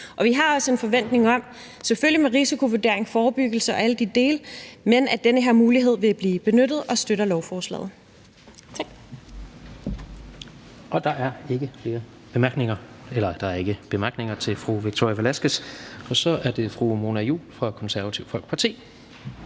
Vi har også en forventning om – selvfølgelig med risikovurdering, forebyggelse og alle de dele – at den her mulighed vil blive benyttet, og vi støtter lovforslaget.